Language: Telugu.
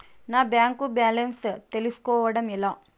నా బ్యాంకు బ్యాలెన్స్ తెలుస్కోవడం ఎలా?